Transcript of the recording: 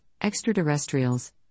extraterrestrials